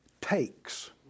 takes